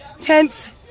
tents